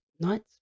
nights